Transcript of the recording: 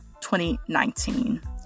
2019